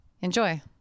Enjoy